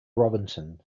robinson